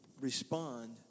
respond